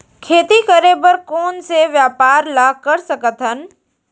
खेती करे बर कोन से व्यापार ला कर सकथन?